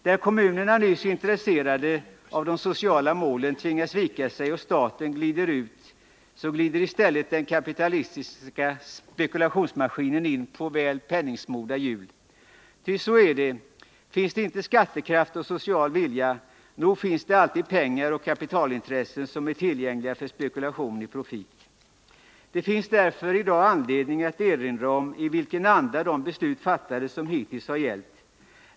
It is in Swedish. Där kommunerna nyss, intresserade av de sociala målen, tvingats vika sig och staten halkar ut glider i stället den kapitalistiska spekulationsmaskinen in på väl penningsmorda hjul. Ty — så är det — finns det inte skattekraft och social vilja, nog finns det ändå alltid pengar och kapitalintressen som är tillgängliga för Det finns därför i dag anledning att erinra om i vilken anda de beslut som hittills har gällt fattades.